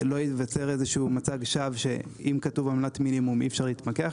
שלא ייווצר איזה שהוא מצג שווא שאם כתוב עמלת מינימום אי אפשר להתמקח